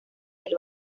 del